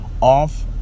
Off